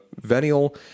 venial